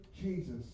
Jesus